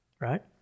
Right